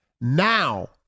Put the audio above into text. Now